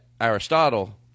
Aristotle